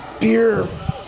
beer